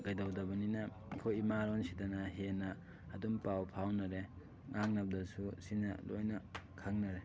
ꯀꯩꯗꯧꯗꯕꯅꯤꯅ ꯑꯩꯈꯣꯏ ꯏꯃꯥꯂꯣꯟꯁꯤꯗꯅ ꯍꯦꯟꯅ ꯑꯗꯨꯝ ꯄꯥꯎ ꯐꯥꯎꯅꯔꯦ ꯉꯥꯡꯅꯕꯗꯁꯨ ꯁꯤꯅ ꯂꯣꯏꯅ ꯈꯪꯅꯔꯦ